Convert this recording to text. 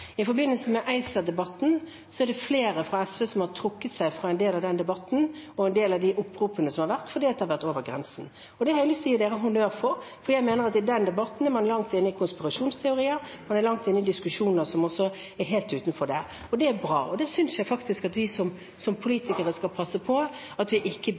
I forbindelse med ACER-debatten er det flere fra SV som har trukket seg fra en del av den debatten og en del av de oppropene som har vært, fordi det har vært over grensen. Det har jeg lyst til å gi SV honnør for, det er bra, for jeg mener at i den debatten er man langt inne i konspirasjonsteorier, man er langt inne i diskusjoner som også er helt utenfor det. Og det synes jeg faktisk at vi som politikere skal passe på at vi ikke